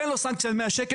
תן לו סנקציה של 100 שקל,